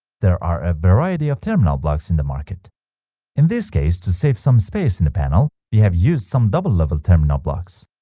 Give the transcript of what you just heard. there are a variety of terminal blocks in the market in this case, to save some space in the panel we have used some double-level terminal blocks